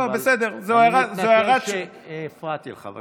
אני מתנצל שהפרעתי לך.